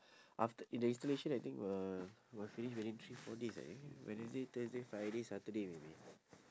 after eh the installation I think will will finish within three four days I think wednesday thursday friday saturday maybe